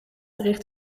richt